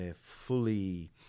fully